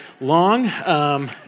long